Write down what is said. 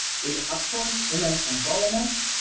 we uphold women empowerment.